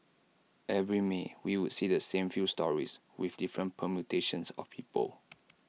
every may we would see the same few stories with different permutations of people